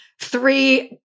three